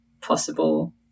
possible